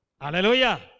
Hallelujah